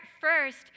first